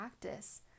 practice